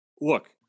look